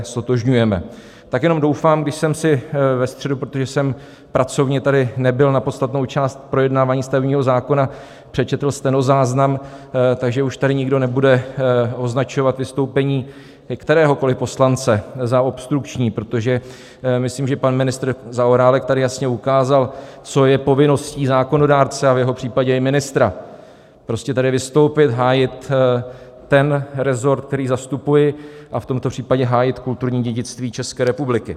Tak jenom doufám, když jsem si ve středu, protože jsem pracovně tady nebyl na podstatnou část projednávání stavebního zákona, přečetl stenozáznam, že už tady nikdo nebude označovat vystoupení kteréhokoliv poslance za obstrukční, protože myslím, že pan ministr Zaorálek tady jasně ukázal, co je povinností zákonodárce a v jeho případě i ministra: prostě tady vystoupit, hájit resort, který zastupuji, a v tomto případě hájit kulturní dědictví České republiky.